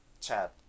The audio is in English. chat